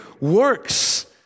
works